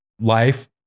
life